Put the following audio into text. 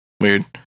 Weird